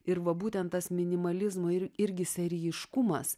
ir va būtent tas minimalizmo ir irgi serijiškumas